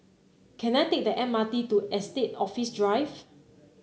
can I take the M R T to Estate Office Drive